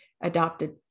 adopted